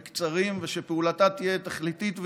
קצרים, ושפעולתה תהיה תכליתית ועניינית.